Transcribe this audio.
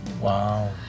Wow